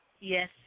Yes